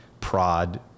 prod